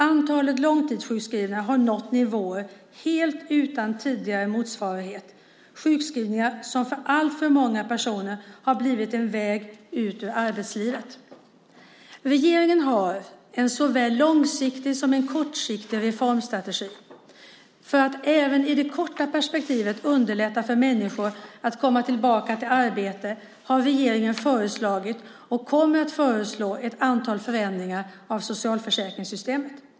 Antalet långtidssjukskrivna har nått nivåer helt utan tidigare motsvarighet, sjukskrivningar som för alltför många personer har blivit en väg ut ur arbetslivet. Regeringen har såväl en långsiktig som en kortsiktig reformstrategi. För att även i det korta perspektivet underlätta för människor att komma tillbaka till arbete har regeringen föreslagit och kommer att föreslå ett antal förändringar av socialförsäkringssystemet.